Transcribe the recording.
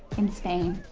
in spain.